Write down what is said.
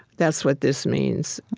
that's what this means.